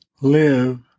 live